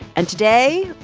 and today,